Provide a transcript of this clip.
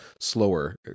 slower